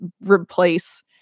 replace